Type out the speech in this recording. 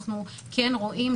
אנחנו כן רואים,